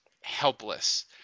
helpless